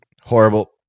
Horrible